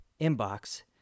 inbox